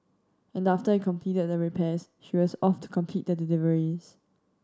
and after he completed the repairs she was off to complete the deliveries